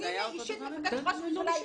עניתי כיושב-ראש ועדה.